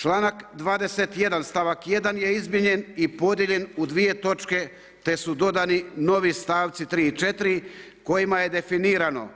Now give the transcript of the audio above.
Članak 21. stavak 1. je izmijenjen i podijeljen u dvije točke te su dodani novi stavci 3. i 4. kojima je definirano